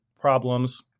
problems